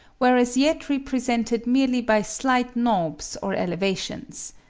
were as yet represented merely by slight knobs or elevations.